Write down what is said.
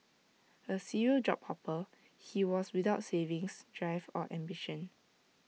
A serial job hopper he was without savings drive or ambition